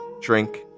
drink